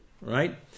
right